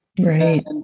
right